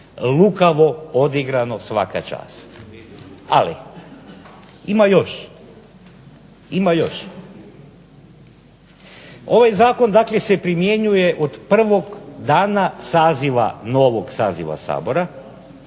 Lukavo odigrano. Svaka čast. Ali, ima još. Ima još. Ovaj zakon dakle se primjenjuje od prvog dana saziva novog saziva Sabora,